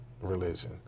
religion